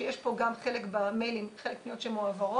שיש פה גם חלק במיילים, פניות שמועברות,